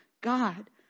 God